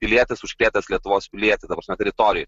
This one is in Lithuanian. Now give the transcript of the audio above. pilietis užkrėtęs lietuvos pilietį ta prasme teritorijoj